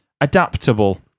adaptable